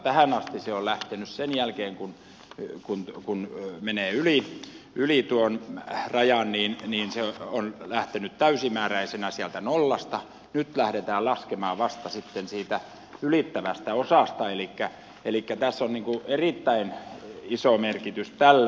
tähän asti se on lähtenyt niin että kun menee yli tuon rajan niin se on lähtenyt täysimääräisenä sieltä nollasta nyt lähdetään laskemaan vasta sitten siitä ylittävästä osasta elikkä tässä on erittäin iso merkitys tällä